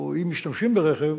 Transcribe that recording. או אם משתמשים ברכב,